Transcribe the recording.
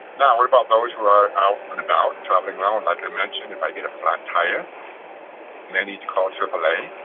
know what about those who are out and about traveling around. like i mentioned, if i get a flat tire and i need to call aaa,